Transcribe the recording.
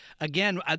again